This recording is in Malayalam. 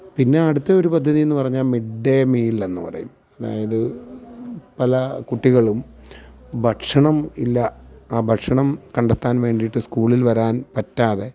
പിന്നെ അടുത്ത ഒരു പദ്ധതി എന്ന് പറഞ്ഞാൽ മിഡ്ഡേ മീലെന്ന് പറയും അതായത് പല കുട്ടികളും ഭക്ഷണം ഇല്ല ആ ഭക്ഷണം കണ്ടെത്താന് വേണ്ടിയിട്ട് സ്കൂളില് വരാന് പറ്റാതെ